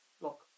look